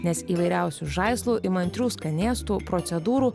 nes įvairiausių žaislų įmantrių skanėstų procedūrų